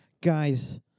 Guys